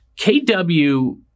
KW